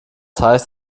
heißt